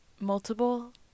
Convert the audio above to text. multiple